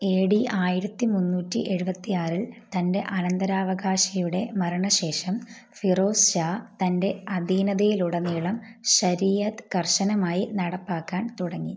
A D ആയിരത്തി മുന്നൂറ്റി എഴുപത്തി ആറിൽ തന്റെ അനന്തരാവകാശിയുടെ മരണശേഷം ഫിറോസ് ഷാ തന്റെ അധീനതയിലുടനീളം ശരിയത്ത് കർശനമായി നടപ്പാക്കാൻ തുടങ്ങി